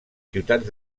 ciutats